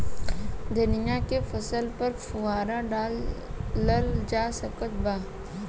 धनिया के फसल पर फुहारा डाला जा सकत बा?